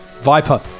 Viper